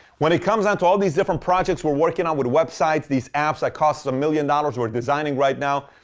when it comes down to all these different projects we're working on, with websites, these apps that cost a million dollars we're designing right now,